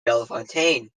bellefontaine